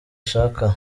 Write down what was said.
ashaka